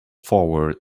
forward